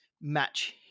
match